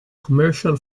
commercial